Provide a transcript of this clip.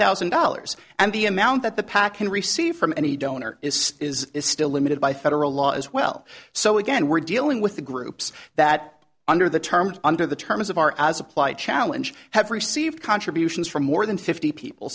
thousand dollars and the amount that the pac and receive from any donor is is still limited by federal law as well so again we're dealing with the groups that under the terms under the terms of our as applied challenge have received contributions from more than fifty people